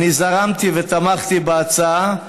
אני זרמתי ותמכתי בהצעה,